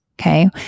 Okay